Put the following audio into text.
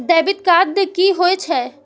Debit card की होय छेय?